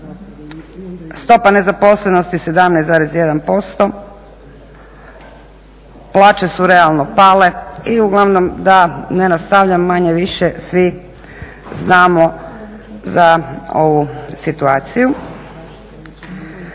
Stopa nezaposlenosti 17,1%, plaće su realno pale i uglavnom da ne nastavljam, manje-više svi znamo za ovu situaciju.